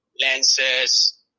lenses